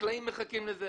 החקלאים מחכים לזה.